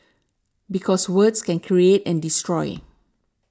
because words can create and destroy